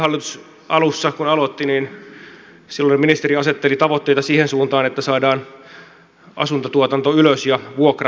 edellinen hallitus kun aloitti niin silloinen ministeri asetteli tavoitteita siihen suuntaan että saadaan asuntotuotanto ylös ja vuokrat alas